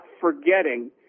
forgetting